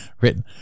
written